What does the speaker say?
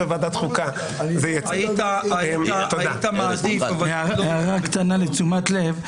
היית מעדיף, אבל --- הערה קטנה לתשומת לב.